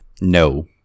No